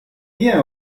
rien